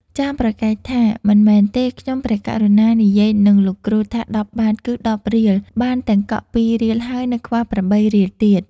ចាមប្រកែកថា "មិនមែនទេ! ខ្ញុំព្រះករុណានិយាយនឹងលោកគ្រូថា ១០បាទ គឺ ១០រៀល បានទាំងកក់ ២រៀលហើយ នៅខ្វះ ៨រៀលទៀត"។